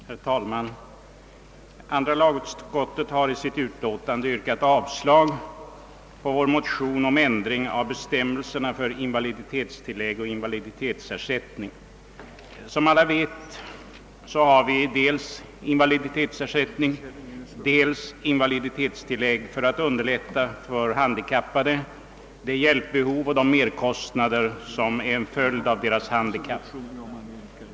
Herr talman! Andra lagutskottet har i sitt utlåtande nr 12 yrkat avslag på vår motion om ändring av bestämmelserna för invaliditetstillägg och invaliditetsersättning. Som alla vet har vi dels invaliditetsersättning och dels invaliditetstillägg för att hjälpa handikappade med anledning av det behov och de merkostnader som följer av deras handikapp.